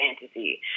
fantasy